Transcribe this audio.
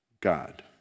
God